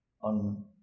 on